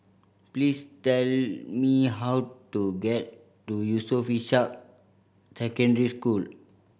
please tell me how to get to Yusof Ishak Secondary School